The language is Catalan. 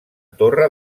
torre